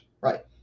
Right